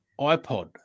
iPod